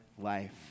life